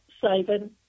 saving